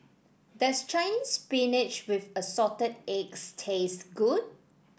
does Chinese Spinach with Assorted Eggs taste good